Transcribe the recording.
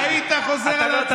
היית חוזר על ההצעה?